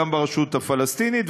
גם ברשות הפלסטינית,